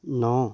ন